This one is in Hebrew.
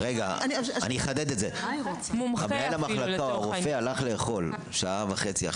אני אחדד את זה: מנהל המחלקה או הרופא הלך לאכול במשך שעה וחצי,